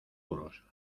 puros